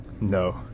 No